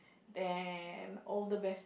and all the best